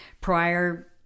prior